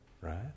right